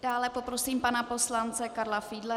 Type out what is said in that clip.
Dále poprosím pana poslance Karla Fiedlera.